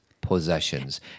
possessions